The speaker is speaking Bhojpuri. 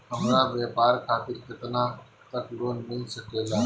हमरा व्यापार खातिर केतना तक लोन मिल सकेला?